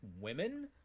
women